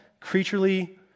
creaturely